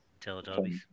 Teletubbies